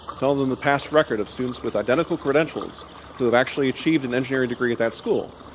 tell them the past record of students with identical credentials who have actually achieved an engineering degree at that school.